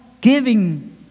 giving